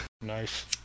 Nice